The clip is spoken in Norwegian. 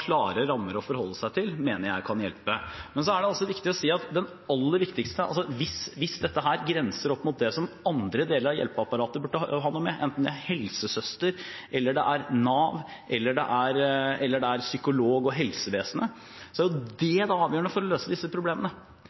klare rammer å forholde seg til mener jeg kan hjelpe. Hvis dette grenser opp mot det som andre deler av hjelpeapparatet burde ha noe med, enten det er helsesøster, Nav, psykolog eller helsevesen, er det avgjørende å løse disse problemene. Det er altså ikke fraværsgrensen som skaper psykiske lidelser, men fraværsgrensen kan gjøre at skolen får et ekstra trykk på seg for allerede tidlig å